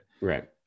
Right